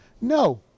No